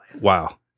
wow